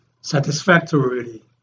satisfactorily